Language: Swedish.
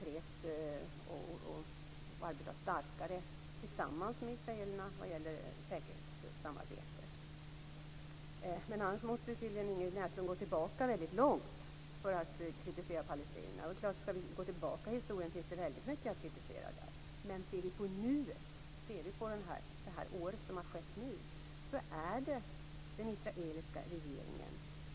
Se till att vi också kan få arbeta med enskilda organisationer och att vi inte ses som presumtiva fiender till regimen! Det kan nämligen vara fallet. De har också sagt: Se till att vi kan få skriva fritt i våra tidningar och inte blir påhoppade efteråt, t.o.m. fängslade!